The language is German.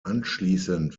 anschließend